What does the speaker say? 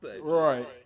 Right